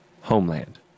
homeland